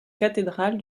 cathédrale